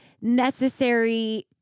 necessary